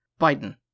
Biden